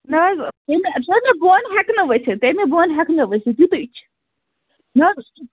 نہٕ حظ تمہِ بۄن ہٮ۪کہٕ نہٕ ؤسِتھ تمہِ بۄن ہٮ۪کہٕ نہٕ ؤسِتھ یُتُے چھُ